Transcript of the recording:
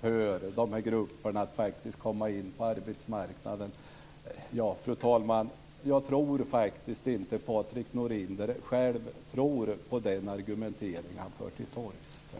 för dessa grupper när det gäller att komma in på arbetsmarknaden. Fru talman! Jag tror faktiskt inte att Patrik Norinder själv tror på den argumentering han för till torgs.